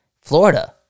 Florida